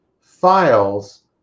files